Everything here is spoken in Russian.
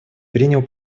принял